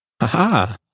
Aha